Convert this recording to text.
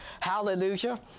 Hallelujah